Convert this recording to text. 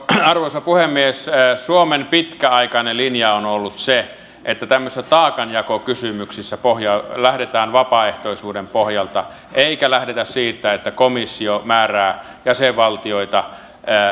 arvoisa puhemies suomen pitkäaikainen linja on ollut se että tämmöisissä taakanjakokysymyksissä lähdetään vapaaehtoisuuden pohjalta eikä lähdetä siitä että komissio määrää jäsenvaltioita